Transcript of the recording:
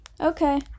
Okay